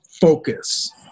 focus